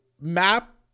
map